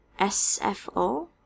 SFO